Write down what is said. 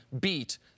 beat